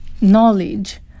knowledge